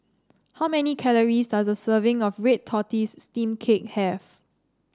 how many calories does a serving of Red Tortoise Steamed Cake have